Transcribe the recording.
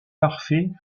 parfait